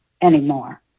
anymore